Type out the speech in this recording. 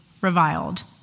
reviled